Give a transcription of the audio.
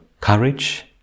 courage